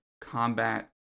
combat